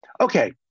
Okay